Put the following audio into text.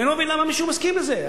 אני לא מבין למה מישהו מסכים לזה.